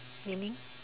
meaning